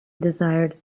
desired